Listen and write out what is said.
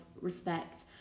respect